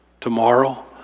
tomorrow